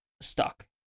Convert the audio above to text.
stuck